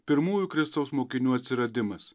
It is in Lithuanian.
pirmųjų kristaus mokinių atsiradimas